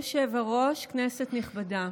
כבוד היושב-ראש, כנסת נכבדה,